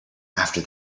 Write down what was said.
after